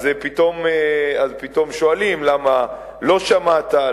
אז פתאום שואלים למה לא שמעת,